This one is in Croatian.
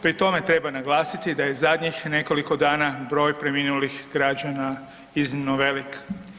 Pri tome treba naglasiti da je zadnjih nekoliko dana broj preminulih građana iznimno velik.